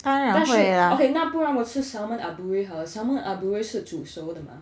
但是 okay 那不然我吃 salmon aburi ah salmon aburi 是煮熟的 mah